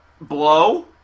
Blow